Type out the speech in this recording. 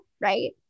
right